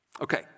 Okay